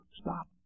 stop